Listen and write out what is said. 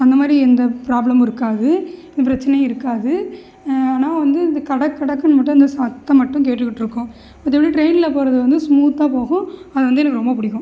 அந்தமாதிரி எந்த ப்ராப்ளமும் இருக்காது எந்த பிரச்சனையும் இருக்காது ஆனால் வந்து இந்த கடக் கடக்குன்னு மட்டும் இந்த சத்தம் மட்டும் கேட்டுக்கிட்டுயிருக்கும் மற்றபடி ட்ரெயினில் போறது வந்து ஸ்மூத்தாக போகும் அது வந்து எனக்கு ரொம்ப பிடிக்கும்